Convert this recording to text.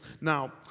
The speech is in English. Now